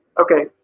Okay